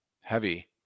Heavy